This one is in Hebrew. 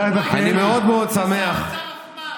זה שר אוצר, זה שר אוצר רחמן,